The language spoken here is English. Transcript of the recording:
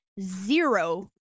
zero